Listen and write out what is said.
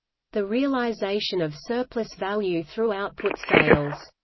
the realisation of surplus-value through output sales.